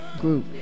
group